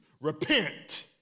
Repent